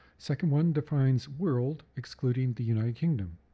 second one defines world excluding the united kingdom.